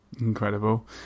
Incredible